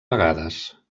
vegades